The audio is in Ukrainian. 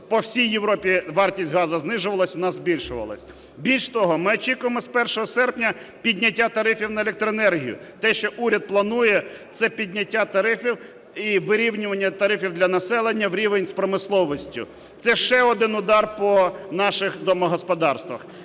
по всій Європі вартість газу знижувалась - у нас збільшувалась. Більш того, ми очікуємо з 1 серпня підняття тарифів на електроенергію. Те, що уряд планує, це підняття тарифів і вирівнювання тарифів для населення в рівень з промисловістю. Це ще один удар по наших домогосподарствах.